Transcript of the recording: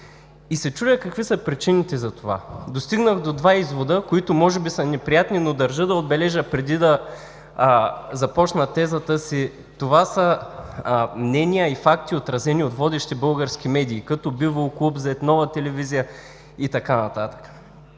се какви са причините за това. Достигнах до два извода, които може би са неприятни, но преди да започна тезата си – това съмнение и факти, отразени от водещи български медии като Нова телевизия и така нататък.